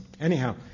Anyhow